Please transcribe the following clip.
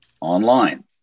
online